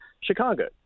Chicago